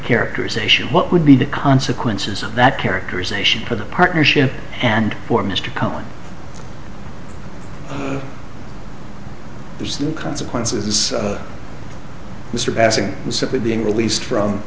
characterization what would be the consequences of that characterization for the partnership and for mr cowen there's the consequences of the surpassing simply being released from